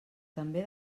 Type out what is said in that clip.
també